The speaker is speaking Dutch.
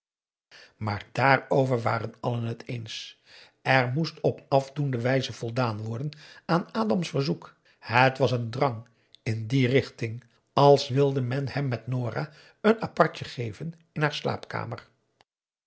maar dààrover waren allen het eens er moest op afdoende wijze voldaan worden aan dam aum boe akar eel verzoek het was een drang in die richting als wilde men hem met nora een apartje geven in haar slaapkamer